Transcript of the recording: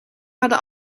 hadden